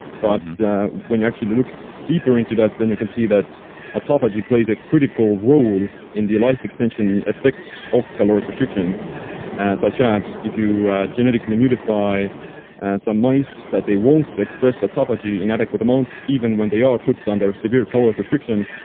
but when you actually look deeper into that then you can see that autophagy plays a critical role in the life extension effects of caloric restriction such as, if you genetically modify some mice that they won't express autophagy in adequate amounts, even when they are put under severe caloric restriction,